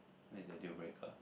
where's the deal breaker